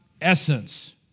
essence